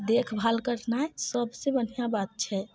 देखभाल करनाइ सभ से बढ़िऑं बात छै